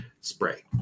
Spray